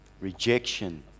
Rejection